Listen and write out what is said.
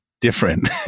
Different